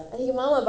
missed you